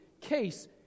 case